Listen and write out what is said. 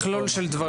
מכלול של דברים.